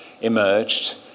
emerged